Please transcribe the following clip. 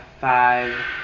five